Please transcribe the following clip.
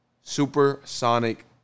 supersonic